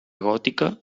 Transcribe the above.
gòtica